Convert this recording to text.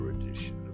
edition